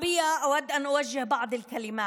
(אומרת דברים בשפה הערבית, להלן תרגומם: